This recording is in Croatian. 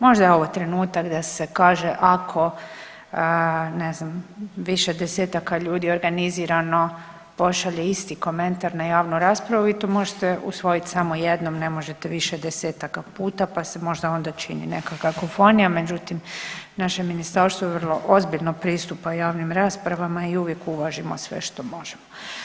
Možda je ovo trenutak da se kaže ako ne znam više desetaka ljudi organizirano pošalje isti komentar na javnu raspravu vi to možete usvojiti samo jednom ne možete više desetaka puta pa se ona čini možda neka kakofonija međutim naše ministarstvo vrlo ozbiljno pristupa javnim rasprava i uvijek uvažimo sve što možemo.